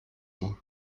moi